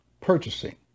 Purchasing